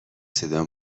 صدا